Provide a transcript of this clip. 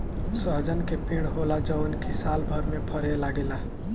सहजन के पेड़ होला जवन की सालभर में फरे लागेला